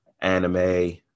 anime